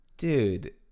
Dude